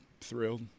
thrilled